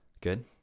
good